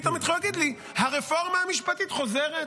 פתאום התחילו להגיד לי: הרפורמה המשפטית חוזרת.